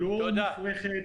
אז 200,000 שקל זה לא חסם?